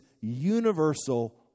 universal